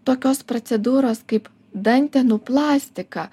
tokios procedūros kaip dantenų plastika